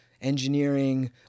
engineering